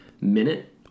minute